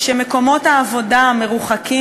שמקומות העבודה מרוחקים,